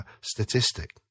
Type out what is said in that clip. statistic